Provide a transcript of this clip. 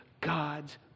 God's